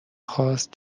خواست